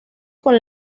con